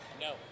No